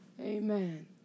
Amen